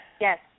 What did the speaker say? Yes